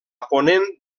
ponent